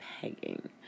pegging